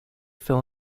fill